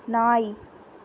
நாய்